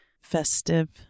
festive